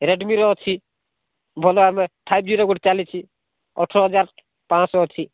ରେଡ଼୍ମିର ଅଛି ଭଲ ଆମେ ଫାଇଭ୍ ଜିର ଗୋଟିଏ ଚାଲିଛି ଅଠର ହଜାର ପାଞ୍ଚଶହ ଅଛି